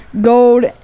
gold